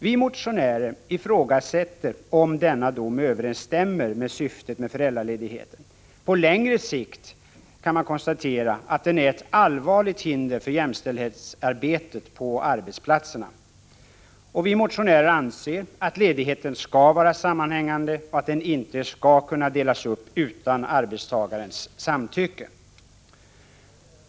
Vi motionärer ifrågasätter om denna dom överensstämmer med syftet i föräldraledigheten. På längre sikt kan man konstatera att den är ett allvarligt hinder för jämställdhetsarbetet på arbetsplatserna. Vi motionärer anser vidare att ledigheten skall vara sammanhängande och att den inte skall kunna delas upp utan arbetstagarens samtycke.